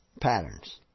patterns